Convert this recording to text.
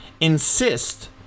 insist